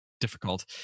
difficult